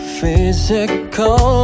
physical